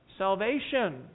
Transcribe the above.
salvation